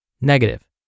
Negative